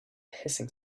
hissing